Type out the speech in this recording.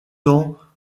temps